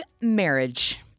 marriage